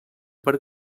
per